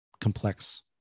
complex